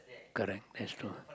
correct that's true